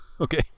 Okay